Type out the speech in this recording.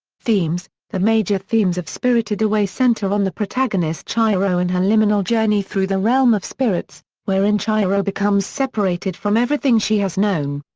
themes the major themes of spirited away center on the protagonist chihiro and her liminal journey through the realm of spirits, wherein chihiro becomes separated from everything she has known.